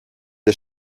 der